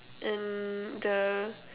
and the